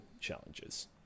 challenges